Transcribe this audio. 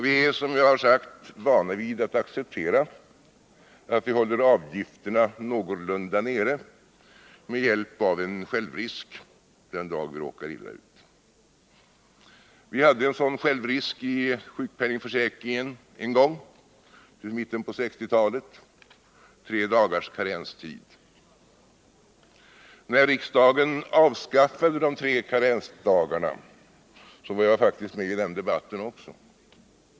Vi är som sagt vana vid att acceptera att vi håller avgifterna någorlunda nere med hjälp av en självrisk den dag vi råkar illa ut. Vi hade en sådan självrisk i sjukpenningförsäkringen till i mitten på 1960-talet — tre dagars karenstid. När riksdagen avskaffade de tre karensdagarna var jag faktiskt med i den debatten också.